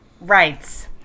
rights